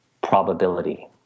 probability